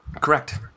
Correct